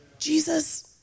Jesus